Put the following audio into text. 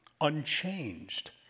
unchanged